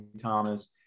Thomas